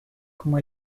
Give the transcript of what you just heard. como